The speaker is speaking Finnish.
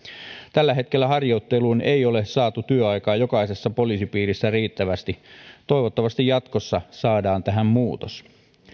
tällä hetkellä harjoitteluun ei ole saatu työaikaa jokaisessa poliisipiirissä riittävästi toivottavasti jatkossa saadaan tähän muutos